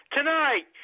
Tonight